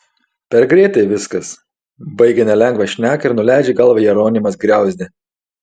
per greitai viskas baigia nelengvą šneką ir nuleidžia galvą jeronimas griauzdė